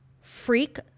freak